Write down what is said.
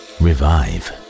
revive